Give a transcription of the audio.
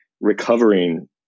recovering